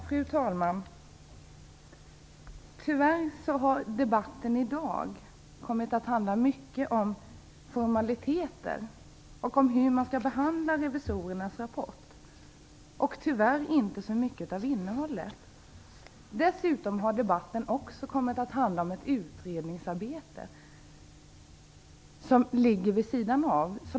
Fru talman! Tyvärr har debatten i dag mycket kommit att handla om formaliteter och om hur man skall behandla revisorernas rapport. Debatten har därmed inte så mycket handlat om innehållet. Däremot har debatten kommit att handla om ett utredningsarbete vid sidan av.